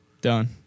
Done